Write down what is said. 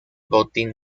botín